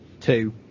two